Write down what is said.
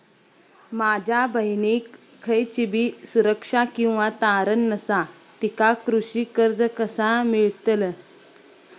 माझ्या बहिणीक खयचीबी सुरक्षा किंवा तारण नसा तिका कृषी कर्ज कसा मेळतल?